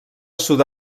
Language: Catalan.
sud